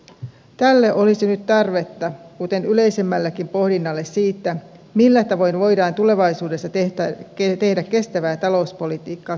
tälle olisi nyt tarvetta kuten yleisemmällekin pohdinnalle siitä millä tavoin voidaan tulevaisuudessa tehdä kestävää talouspolitiikkaa kriisiolosuhteissa